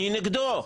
אני נגדו,